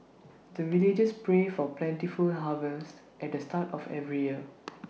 the villagers pray for plentiful harvest at the start of every year